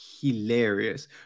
hilarious